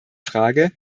frage